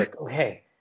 okay